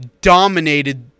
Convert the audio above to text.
dominated